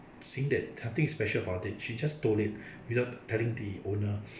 seeing that nothing is special about it she just stole it without telling the owner